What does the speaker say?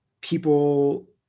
people